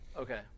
Okay